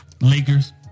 Lakers